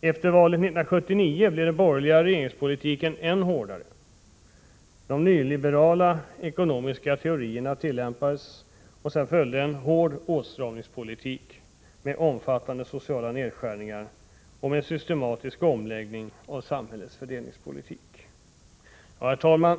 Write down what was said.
Efter valet 1979 blev den borgerliga regeringspolitiken än hårdare. De nyliberala ekonomiska teorierna tillämpades, och nu följde en hård åtstramningspolitik, med omfattande sociala nedskärningar och med en systematisk omläggning av samhällets fördelningspolitik. Herr talman!